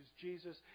Jesus